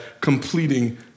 completing